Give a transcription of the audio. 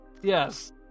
Yes